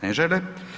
Ne žele.